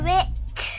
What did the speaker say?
Rick